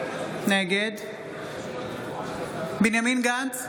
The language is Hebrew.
נגד בנימין גנץ,